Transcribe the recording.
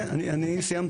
כן, אני סיימתי.